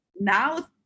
Now